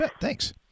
Thanks